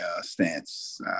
stance